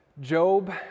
Job